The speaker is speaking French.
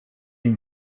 une